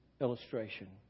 illustration